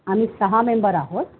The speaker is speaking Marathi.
आम्ही सहा मेंबर आहोत